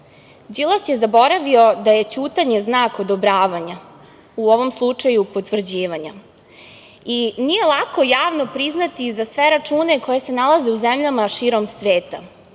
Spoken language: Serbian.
je zaboravio da je ćutanje znak odobravanja, u ovom slučaju potvrđivanja i nije lako javno priznati za sve račune koje se nalaze u zemljama širom sveta,